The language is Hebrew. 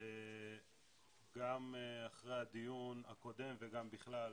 גם אחרי הדיון הקודם וגם בכלל,